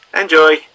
Enjoy